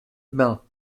bains